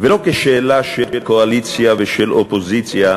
ולא כשאלה של קואליציה ושל אופוזיציה,